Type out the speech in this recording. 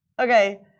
Okay